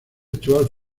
actual